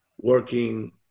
working